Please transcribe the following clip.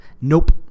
Nope